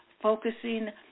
focusing